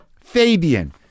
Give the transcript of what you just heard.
Fabian